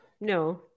No